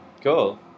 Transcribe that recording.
Cool